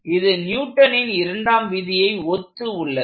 இது நியூட்டனின் Newton's இரண்டாம் விதியை ஒத்து உள்ளது